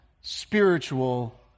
spiritual